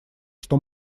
что